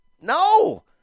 No